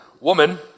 Woman